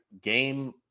game